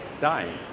dying